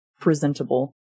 presentable